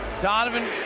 Donovan